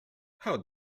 how